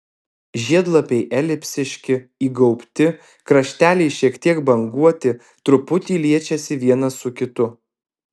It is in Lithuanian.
žiedlapiai elipsiški įgaubti krašteliai šiek tiek banguoti truputį liečiasi vienas su kitu